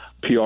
PR